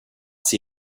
sie